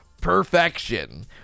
Perfection